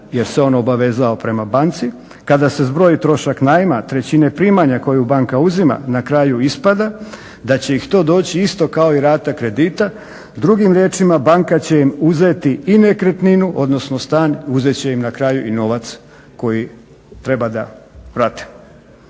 jer se on obavezao prema banci, kada se zbroji trošak najma, trećine primanja koju banka uzima na kraju ispada da će ih to doći isto kao i rata kredita. Drugim riječima banka će im uzeti i nekretninu, odnosno stan, uzeti će im na kraju i novac koji treba da vrate.